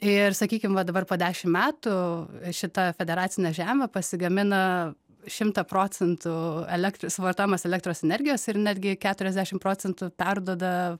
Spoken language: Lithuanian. ir sakykim va dabar po dešim metų šita federacinė žemė pasigamina šimtą procentų elektros suvartojamos elektros energijos ir netgi keturiasdešim procentų perduoda